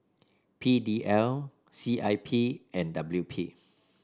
P D L C I P and W P